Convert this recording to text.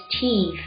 teeth